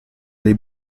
dei